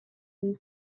vous